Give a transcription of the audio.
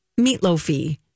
meatloafy